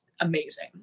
amazing